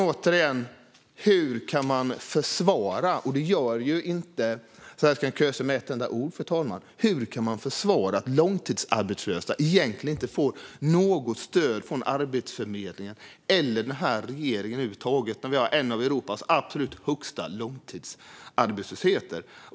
Återigen: Hur kan man försvara - Serkan Köse gör det inte med ett enda ord, fru talman - att långtidsarbetslösa egentligen inte får något stöd från Arbetsförmedlingen eller regeringen över huvud taget, när vi har en av Europas absolut högsta långtidsarbetslösheter?